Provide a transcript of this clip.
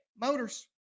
Motors